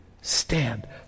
Stand